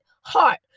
heart